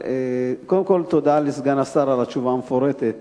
קודם כול, תודה לסגן השר על התשובה המפורטת.